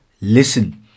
listen